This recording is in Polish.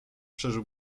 przeżył